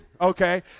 okay